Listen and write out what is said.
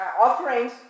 offerings